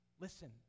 listen